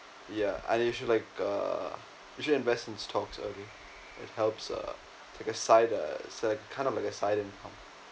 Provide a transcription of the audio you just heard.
ya and you should like uh you should invest in stocks early it helps err it's like a side uh it's like kind of like a side income